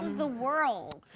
the world.